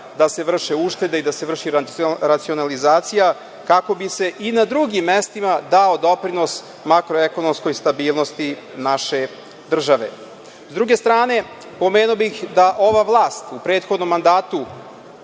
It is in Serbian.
napora, vrši uštede i da se vrši racionalizacija kako bi se i na drugim mestima dao doprinos makroekonomskoj stabilnosti naše države.S druge strane, pomenuo bih da ova vlast u prethodnom mandatu,